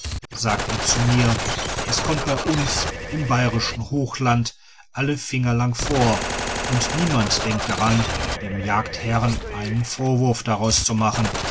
sagte er zu mir das kommt bei uns im bayrischen hochland alle finger lang vor und niemand denkt daran dem jagdherrn einen vorwurf daraus zu machen